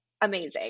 amazing